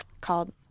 called